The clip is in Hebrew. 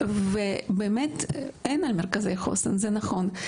ובאמת אין על מרכזי חוסן, זה נכון.